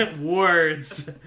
words